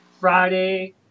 Friday